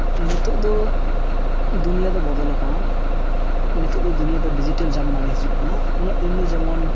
ᱱᱤᱛᱳᱜ ᱫᱚ ᱫᱩᱱᱭᱟᱹ ᱫᱚ ᱵᱚᱫᱚᱞᱟᱠᱟᱱᱟ ᱱᱤᱛᱳᱜ ᱫᱚ ᱫᱩᱱᱭᱟᱹ ᱫᱚ ᱰᱤᱡᱤᱴᱟᱞ ᱡᱟᱢᱟᱱᱟ ᱨᱮ ᱦᱤᱡᱩᱜ ᱠᱟᱱᱟ ᱩᱱᱟᱹᱜ ᱫᱤᱱ ᱡᱚ ᱡᱮᱢᱚᱱ